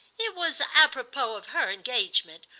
it was apropos of her engagement,